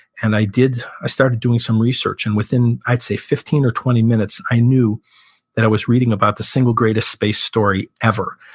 and i did, i started doing some research. and within, i'd say, fifteen or twenty minutes, i knew that i was reading about the single greatest space story ever.